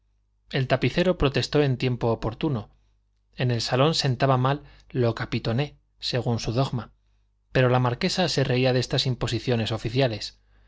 el tapicero protestó en tiempo oportuno en el salón sentaba mal lo capitoné según su dogma pero la marquesa se reía de estas imposiciones oficiales